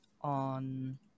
on